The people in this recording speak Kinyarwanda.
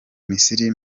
misiri